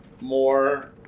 more